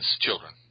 children